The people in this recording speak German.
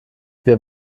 wir